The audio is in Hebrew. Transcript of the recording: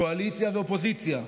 קואליציה ואופוזיציה,